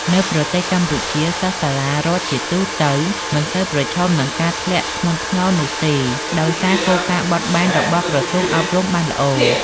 នៅប្រទេសកម្ពុជា សិស្សសាលារដ្ឋជាទូទៅមិនសូវប្រឈមនឹងការធ្លាក់ថ្នាក់ធ្ងន់ធ្ងរនោះទេ ដោយសារគោលការណ៍បត់បែនរបស់ក្រសួងអប់រំបានល្អ។